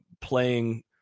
playing